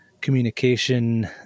communication